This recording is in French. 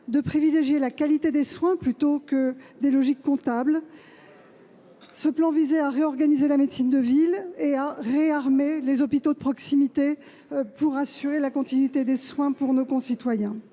de privilégier la qualité des soins, plutôt que des logiques comptables. Ce plan visait à réorganiser la médecine de ville et à réarmer les hôpitaux de proximité, afin d'assurer la continuité des soins pour nos concitoyens.